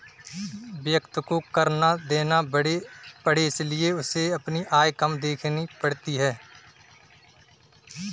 व्यक्ति को कर ना देना पड़े इसलिए उसे अपनी आय कम दिखानी पड़ती है